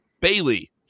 Bailey